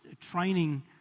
training